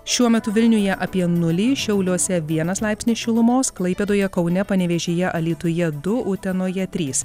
šiuo metu vilniuje apie nulį šiauliuose vienas laipsnis šilumos klaipėdoje kaune panevėžyje alytuje du utenoje trys